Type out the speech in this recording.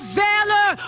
valor